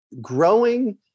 growing